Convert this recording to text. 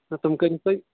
تہٕ تِم کٔرۍ وُکھ تُہۍ